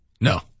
No